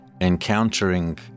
encountering